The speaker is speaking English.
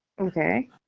Okay